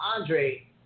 Andre